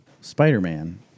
Spider-Man